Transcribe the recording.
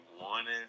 wanted